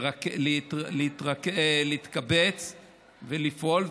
להתקבץ ולפעול,